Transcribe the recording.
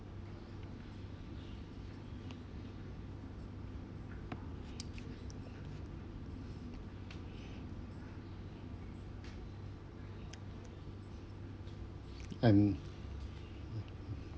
and